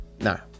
no